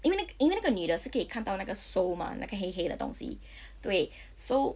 因为因为那个女的是可以看到那个 soul mah 那个黑黑的东西对 so